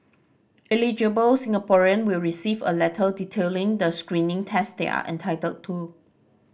eligible Singaporean will receive a letter detailing the screening tests they are entitled to